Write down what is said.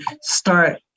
start